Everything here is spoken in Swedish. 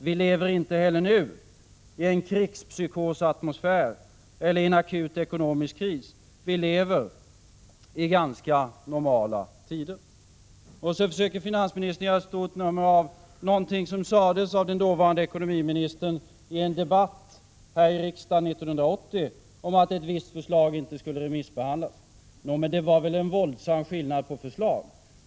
Vi lever inte heller nu i en krigspsykosatmosfär eller i en akut ekonomisk kris. Vi lever i ganska normala tider. Så försöker finansministern göra ett stort nummer av någonting som sades av den dåvarande ekonomiministern i en debatt här i riksdagen 1980 om att ett visst förslag inte skulle remissbehandlas. Nå, men det var väl en våldsam skillnad på förslag.